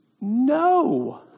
No